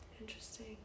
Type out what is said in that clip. interesting